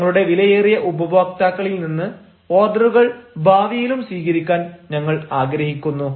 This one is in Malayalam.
ഞങ്ങളുടെ വിലയേറിയ ഉപഭോക്താക്കളിൽ നിന്ന് ഓർഡറുകൾ ഭാവിയിലും സ്വീകരിക്കാൻ ഞങ്ങൾ ആഗ്രഹിക്കുന്നു